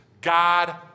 God